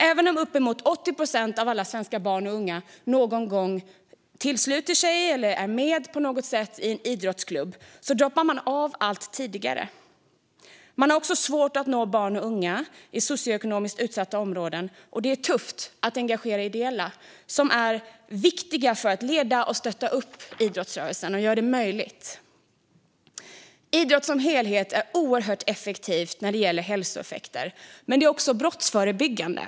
Även om uppemot 80 procent av alla svenska barn och unga har anslutit sig till eller på annat sätt någon gång har varit med i en idrottsklubb droppar de av allt tidigare. Det är också svårt att nå barn och unga i socioekonomiskt utsatta områden, och det är tufft att engagera ideella som är viktiga för att leda och stötta upp idrottsrörelsen och göra detta möjligt. Idrott som helhet är oerhört effektivt när det gäller hälsoeffekter, men det är också brottsförebyggande.